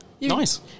Nice